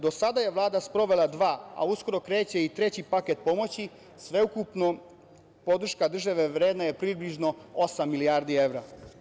Do sada je Vlada sprovela dva, a uskoro kreće i treći paket pomoći, sveukupno, podrška države vredna je približno osam milijardi evra.